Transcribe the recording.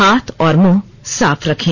हाथ और मुंह साफ रखें